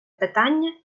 питання